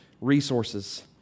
resources